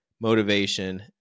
motivation